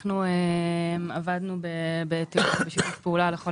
אנחנו עבדנו בתיאום ובשיתוף פעולה לכל